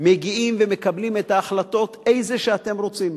מגיעים ומקבלים את ההחלטות, איזה שאתם רוצים.